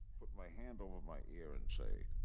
put my hand on my ear, and say,